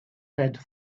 head